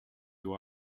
you